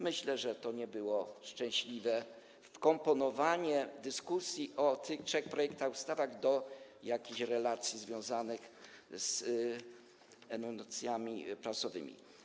Myślę, że to nie było szczęśliwe wkomponowanie dyskusji o tych trzech projektach ustaw do jakichś relacji związanych z enuncjacjami prasowymi.